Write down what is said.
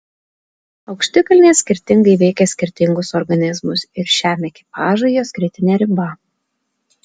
aukštikalnės skirtingai veikia skirtingus organizmus ir šiam ekipažui jos kritinė riba